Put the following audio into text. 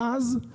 מאז כלום.